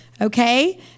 okay